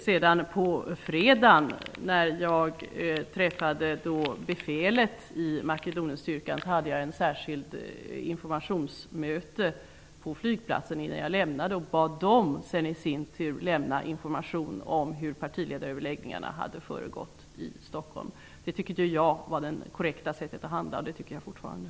Jag hade ett särskilt informationsmöte när jag på fredagen träffade befälet i Makedonienstyrkan på flyplatsen innan jag åkte. Jag bad sedan dem att vidarebefordra informationen om partiledaröverläggningarna i Stockholm. Jag tycker fortfarande att det var det korrekta sättet att handla.